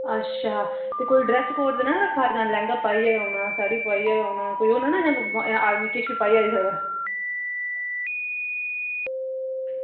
अच्छा ते कोई ड्रैस कोड ते निं ना रक्खा जां लैंह्गा पाइयै गै औना साड़ी पाइयै गै औना कोई ओह् नि ना आदमी किश बी पाइयै आई सकदा